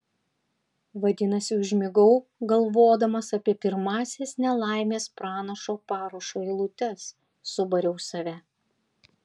vadinasi užmigau galvodamas apie pirmąsias nelaimės pranašo parašo eilutes subariau save